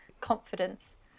confidence